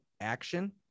action